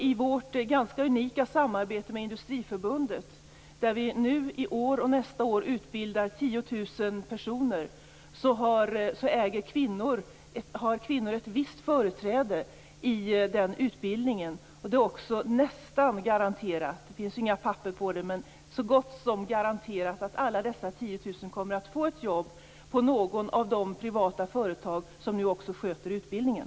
I vårt ganska unika samarbete med Industriförbundet, där vi nu i år och nästa år utbildar 10 000 personer, har kvinnor ett visst företräde. Det är också nästan garanterat - även om det förstås inte finns några papper på det - att alla dessa 10 000 kommer att få ett jobb på något av de privata företag som också sköter utbildningen.